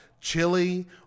chili